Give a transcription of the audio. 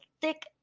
thick